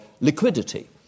liquidity